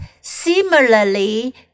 similarly